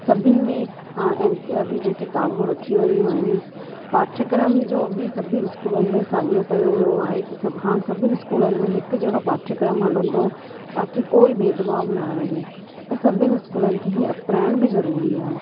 सभिनि में हाणे एन सी आर टी जूं किताबूं रखियूं वयूं आहिनि पाठ्यक्रम जो बि सभी स्कूलनि में साॻियो कयो वियो आहे हिकु समानु हाणे सभिनि स्कूलनि में हिकु जहिड़ो पाठ्यक्रम हलंदो ताकी कोई भेद भाव न रहे ऐं सभिनि स्कूलनि खे ई अपनाइणु बि ज़रूरी आहे